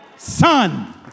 Son